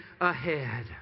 ahead